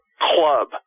club